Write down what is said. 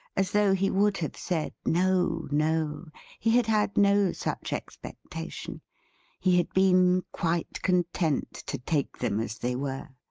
as though he would have said no, no he had had no such expectation he had been quite content to take them as they were.